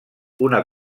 una